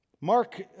Mark